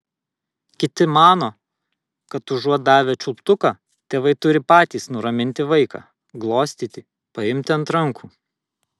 kiti mano kad užuot davę čiulptuką tėvai turi patys nuraminti vaiką glostyti paimti ant rankų